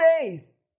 days